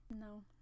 No